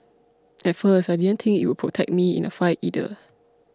at first I didn't think it would protect me in a fight either